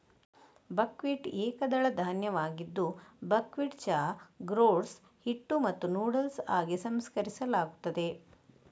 buckwheat ಏಕದಳ ಧಾನ್ಯವಾಗಿದ್ದು buckwheat ಚಹಾ, ಗ್ರೋಟ್ಸ್, ಹಿಟ್ಟು ಮತ್ತು ನೂಡಲ್ಸ್ ಆಗಿ ಸಂಸ್ಕರಿಸಲಾಗುತ್ತದೆ